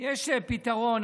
יש פתרון.